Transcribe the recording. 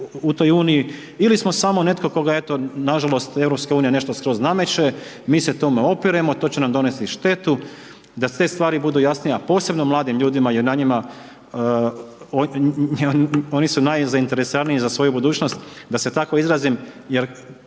u toj Uniji ili smo samo netko koga eto, nažalost EU nešto skroz nameće, mi se tome opiremo, to će nam donesti štetu. Da te stvari budu jasnije, a posebno mladim ljudima jer na njima, oni su najzainteresiraniji za svoju budućnost da se tako izrazim jer